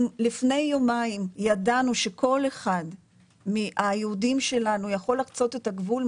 אם לפני יומיים ידענו שכל אחד מהיהודים שלנו יכול לחצות את הגבול,